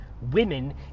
women